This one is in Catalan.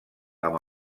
amb